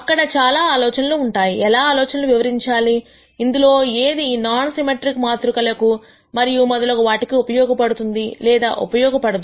అక్కడ చాలా ఆలోచనలు ఉంటాయి ఎలాఆలోచనలను వివరించాలి ఇందులో ఏది నాన్ సిమెట్రిక్ మాతృకలకు మరియు మొదలగు వాటికి ఉపయోగపడుతుంది లేదా ఉపయోగపడదు